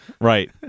right